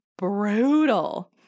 brutal